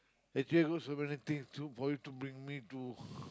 actually I got so many thing to for you to bring me to